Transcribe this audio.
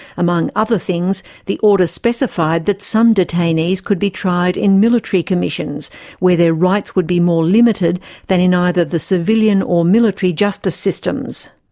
among other things, the order specified that some detainees could be tried in military commissions where their rights would be more limited than in either the civilian or military justice systems.